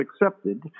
accepted